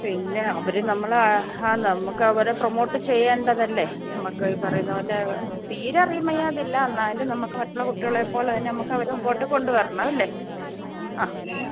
പിന്നെ അവർ നമ്മളെ നമുക്കവരെ പ്രമോട്ട് ചെയ്യേണ്ടതല്ലേ നമുക്ക് ഈ പറയുന്ന പോലെ തീരെ അറിയാൻ വയ്യാതില്ല എന്നാലും നമുക്ക് മറ്റുള്ള കുട്ടികളെപ്പോലെ തന്നെ നമുക്കവരെ മുമ്പോട്ട് കൊണ്ട് വരണം അല്ലേ അ